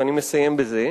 ואני מסיים בזה,